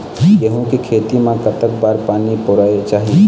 गेहूं के खेती मा कतक बार पानी परोए चाही?